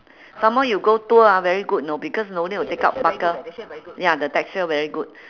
some more you go tour ah very good know because no need to take out buckle ya the texture very good